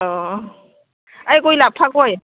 अ ओइ गय लाबफा गय